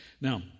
Now